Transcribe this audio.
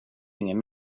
ingen